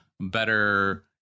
better